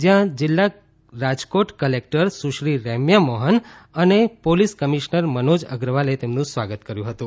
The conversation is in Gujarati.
જ્યાં જિલ્લા રાજકોટ ક્લેક્ટર સુશ્રી રૈમ્યા મોહન અને પોલીસ કમિશનર મનોજ અગ્રવાલે તેમનું સ્વાગત કર્યું હતું